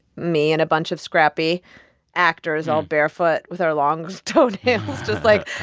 me and a bunch of scrappy actors all barefoot with our long toenails just, like,